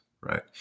right